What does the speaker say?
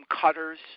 cutters